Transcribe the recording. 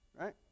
right